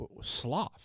Sloth